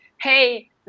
hey